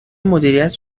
مدیریت